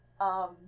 Um-